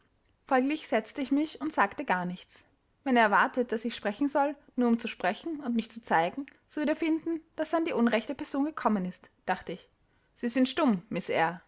folglich setzte ich mich und sagte gar nichts wenn er erwartet daß ich sprechen soll nur um zu sprechen und mich zu zeigen so wird er finden daß er an die unrechte person gekommen ist dachte ich sie sind stumm miß